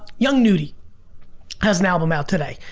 young nudy has an album out today.